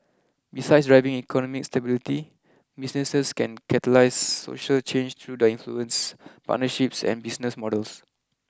besides driving economic stability businesses can catalyse social change through their influence partnerships and business models